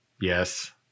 Yes